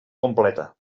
completa